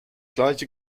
gleiche